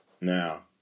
Now